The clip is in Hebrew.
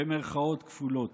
במירכאות כפולות.